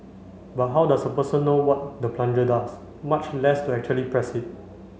but how does a person know what the plunger does much less to actually press it